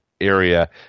area